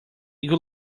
good